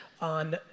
on